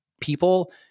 people